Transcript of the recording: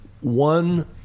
one